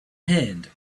hand